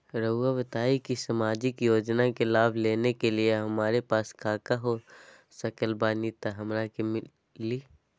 रहुआ बताएं कि सामाजिक योजना के लाभ लेने के लिए हमारे पास काका हो सकल बानी तब हमरा के मिली?